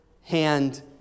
hand